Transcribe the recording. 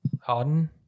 Harden